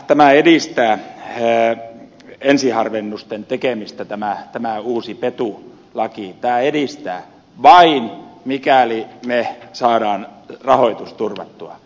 tämä edistää tee ensiharvennusten tekemistätämään tämä uusi petu laki edistää ensiharvennusten tekemistä vain mikäli me saamme rahoituksen turvattua